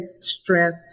strength